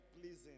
pleasing